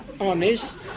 Honest